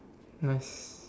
nice